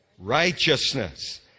righteousness